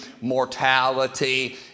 mortality